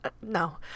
no